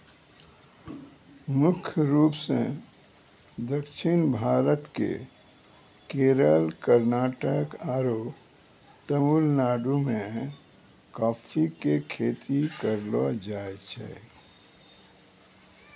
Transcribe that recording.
मुख्य रूप सॅ दक्षिण भारत के केरल, कर्णाटक आरो तमिलनाडु मॅ कॉफी के खेती करलो जाय छै